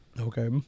Okay